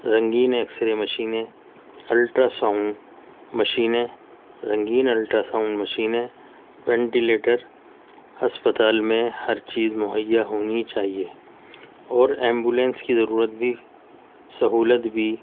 رنگین ایکسرے مشینیں الٹراساؤنڈ مشینیں رنگین الٹراساؤنڈ مشینیں وینٹلیٹر اسپتال میں ہر چیز مہیا ہونی چاہیے اور ایمبولینس کی ضرورت بھی سہولت بھی